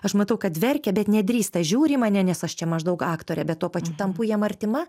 aš matau kad verkia bet nedrįsta žiūri į mane nes aš čia maždaug aktorė bet tuo pačiu tampu jiem artima